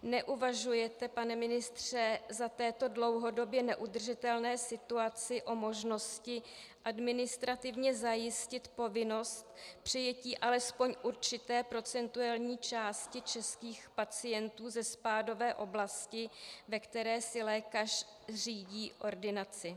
Neuvažujete, pane ministře, za této dlouhodobě neudržitelné situace o možnosti administrativně zajistit povinnost přijetí alespoň určité procentní části českých pacientů ze spádové oblasti, ve které si lékař zřídí ordinaci?